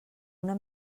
una